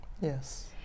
Yes